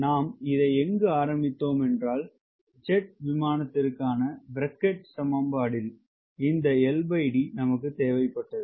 நாம் இதை எங்கு ஆரம்பித்தோம் என்றால் செட் விமானத்திற்கான பிரகெட் சமன்பாடு இல் இந்த LD நமக்கு தேவைப்பட்டது